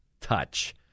touch